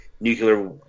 nuclear